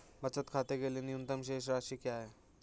बचत खाते के लिए न्यूनतम शेष राशि क्या है?